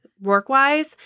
work-wise